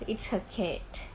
it's her cat